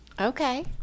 okay